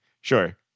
sure